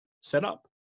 setup